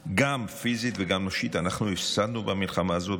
בהם גם פיזית וגם נפשית אנחנו הפסדנו במלחמה הזאת,